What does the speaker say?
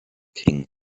king